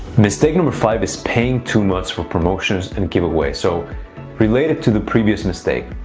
mistake number five is paying too much for promotions and giveaways. so related to the previous mistake,